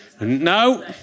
No